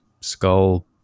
skull